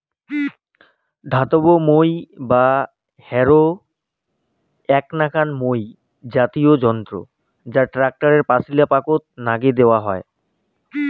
ধাতব মই বা হ্যারো এ্যাক নাকান মই জাতীয় যন্ত্র যা ট্যাক্টরের পাচিলাপাকে নাগে দ্যাওয়াং হই